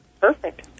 Perfect